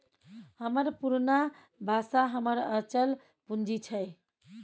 हमर पुरना बासा हमर अचल पूंजी छै